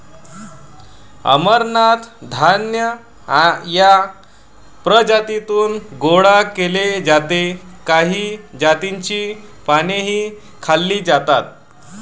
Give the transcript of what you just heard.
अमरनाथ धान्य या प्रजातीतून गोळा केले जाते काही जातींची पानेही खाल्ली जातात